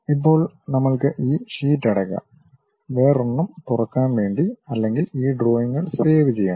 ഇപ്പോൾ നമ്മൾക്ക് ഈ ഷീറ്റ് അടയ്ക്കാം വെറോരെണ്ണം തുറക്കാൻ വേണ്ടി അല്ലെങ്കിൽ ഈ ഡ്രോയിംഗുകൾ സേവ് ചെയ്യണം